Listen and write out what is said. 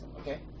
okay